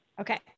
Okay